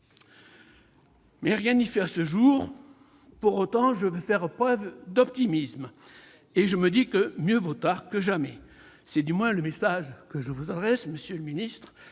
2018. Rien n'y fait à ce jour ! Pour autant, je veux faire preuve d'optimisme et je me dis que mieux vaut tard que jamais. Du moins est-ce le message que je vous adresse aujourd'hui, monsieur le ministre.